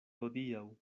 hodiaŭ